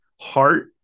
heart